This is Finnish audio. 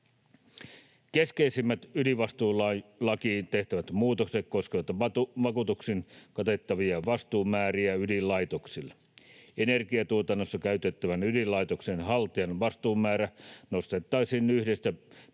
Keskeisimmät ydinvastuulakiin tehtävät muutokset koskevat vakuutuksin katettavia vastuun määriä ydinlaitoksille. Energiatuotannossa käytettävän ydinlaitoksen haltijan vastuun määrä nostettaisiin 700 miljoonasta